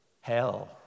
hell